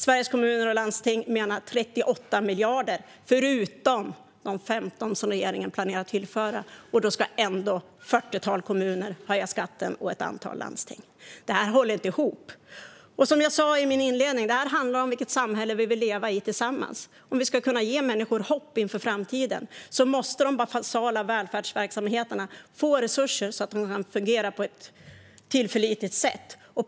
Sveriges Kommuner och Landsting menar på 38 miljarder utöver de 15 miljarder som regeringen planerar att tillföra - och då ska ändå ett fyrtiotal kommuner och ett antal landsting höja skatten. Det håller inte ihop. Som jag sa i min inledning: Det här handlar om vilket samhälle vi vill leva i tillsammans. Om vi ska kunna ge människor hopp inför framtiden måste de basala välfärdsverksamheterna få resurser så att de kan fungera på ett tillförlitligt sätt.